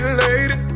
lady